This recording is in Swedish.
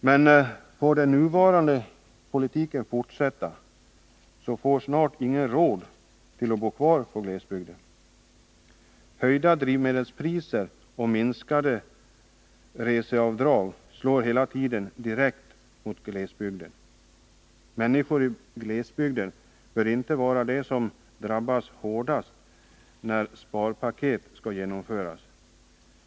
Men får den nuvarande politiken fortsätta, har snart ingen råd till det. Höjda drivmedelspriser och minskade reseavdrag slår hela tiden direkt mot glesbygden. Människor i glesbygden bör inte drabbas hårdast när sparpaket skall genomföras.